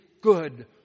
good